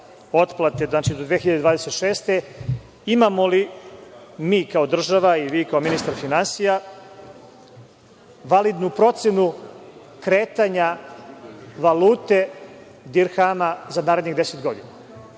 otplate, znači do 2026. godine imamo li mi kao država i vi kao ministar finansija validnu procenu kretanja valute dirhama za narednih 10 godina.